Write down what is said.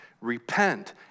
Repent